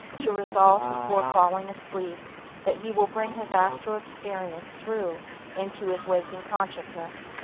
to resolve before falling asleep that he will bring his astral experience through into his waking consciousness.